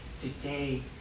today